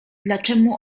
dlaczemu